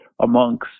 amongst